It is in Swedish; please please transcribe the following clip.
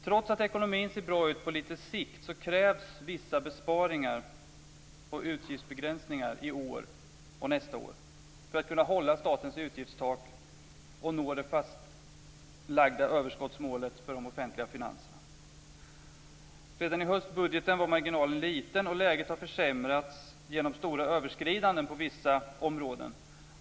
Trots att ekonomin ser bra ut på lite sikt krävs vissa besparingar och utgiftsbegränsningar i år och nästa år för att man skall kunna hålla fast vid statens utgiftstak och nå det fastlagda överskottsmålet för de offentliga finanserna. Redan i höstbudgeten var marginalen liten, och läget har försämrats genom stora överskridanden på vissa områden.